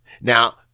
Now